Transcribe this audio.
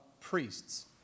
priests